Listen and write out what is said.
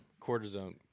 cortisone